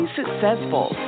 successful